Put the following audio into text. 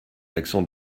accent